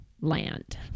land